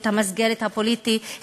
את המסגרת הפוליטית,